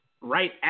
right